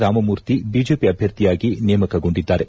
Ramamurthy BJP ಅಭ್ಯರ್ಥಿಯಾಗಿ ನೇಮಕಗೊಂಡಿದ್ದಾರೆ